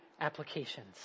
applications